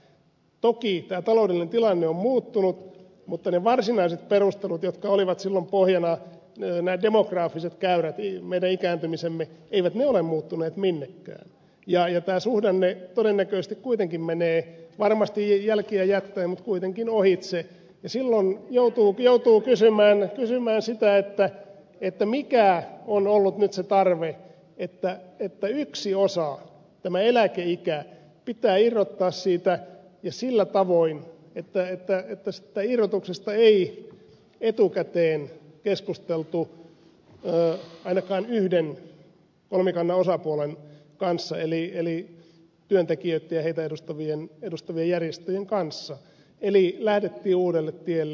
toki tämä taloudellinen tilanne on muuttunut mutta ne varsinaiset perustelut jotka olivat silloin pohjana nämä demografiset käyrät meidän ikääntymisemme eivät ole muuttuneet minnekään ja tämä suhdanne todennäköisesti menee varmasti jälkiä jättäen mutta kuitenkin ohitse ja silloin joutuu kysymään sitä mikä on ollut nyt se tarve että yksi osa tämä eläkeikä pitää irrottaa siitä ja sillä tavoin että siitä irrotuksesta ei etukäteen keskusteltu ainakaan yhden kolmikannan osapuolen kanssa eli työntekijöitten ja heitä edustavien järjestöjen kanssa eli lähdettiin uudelle tielle